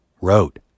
wrote